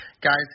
guys